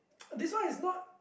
this one is not